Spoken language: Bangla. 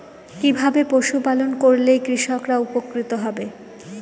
কিভাবে পশু পালন করলেই কৃষকরা উপকৃত হবে?